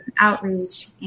outreach